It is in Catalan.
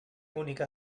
bonica